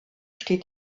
steht